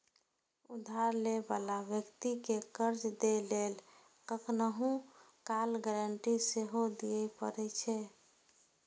उधार लै बला व्यक्ति कें कर्ज दै लेल कखनहुं काल गारंटी सेहो दियै पड़ै छै